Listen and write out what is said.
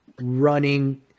running